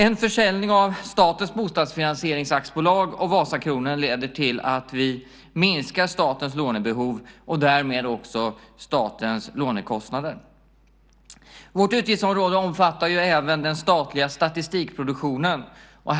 En försäljning av Statens bostadsfinansieringsaktiebolag och Vasakronan leder till att vi minskar statens lånebehov och därmed också statens lånekostnader. Vårt utgiftsområde omfattar ju även den statliga statistikproduktionen.